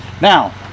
Now